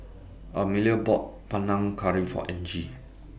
Amelia bought Panang Curry For Angie